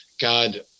God